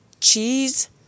Cheese